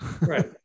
Right